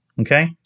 Okay